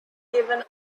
given